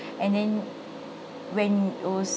and then when it was